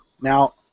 Now